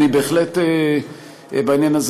אני בהחלט מסכים בעניין הזה,